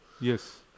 Yes